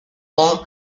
von